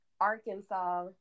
Arkansas